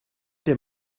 der